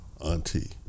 auntie